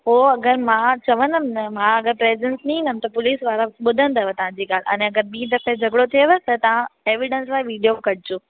पोइ अगरि मां चवदमि ना मां अगरि प्रेजेंस ॾींदमि त पुलिस वारा बुधदव तव्हांजी ॻाल्हि अने अगरि बि दफे झगिड़ो थियव त तव्हां एविडंस लाइ वीडियो कढिजो